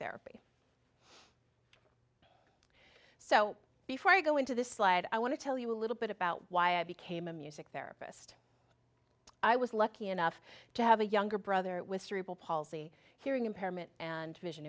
therapy so before i go into this slide i want to tell you a little bit about why i became a music therapist i was lucky enough to have a younger brother with cerebral palsy hearing impairment and vision